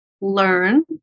learn